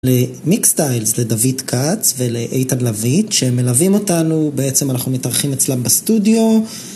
למיקס סטיילס, לדוד כץ ולאיתן לביא שהם מלווים אותנו בעצם אנחנו מתארחים אצלם בסטודיו